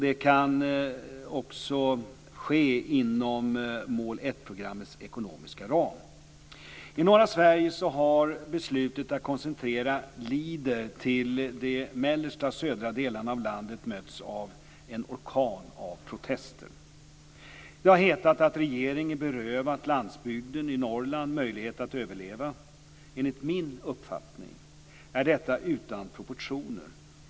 Det kan också ske inom mål 1 I norra Sverige har beslutet att koncentrera Leader till de mellersta och södra delarna av landet mötts av en orkan av protester. Det har hetat att regeringen berövat landsbygden i Norrland möjlighet att överleva. Enligt min uppfattning är detta utan proportioner.